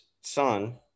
son